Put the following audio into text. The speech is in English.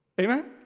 Amen